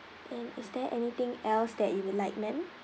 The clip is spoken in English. and is there anything else that you would like ma'am